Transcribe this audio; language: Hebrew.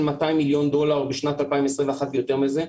200 מיליון דולר בשנת 2021 ויותר מזה.